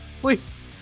Please